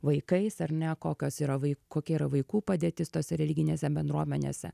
vaikais ar ne kokios yra vai kokia yra vaikų padėtis tose religinėse bendruomenėse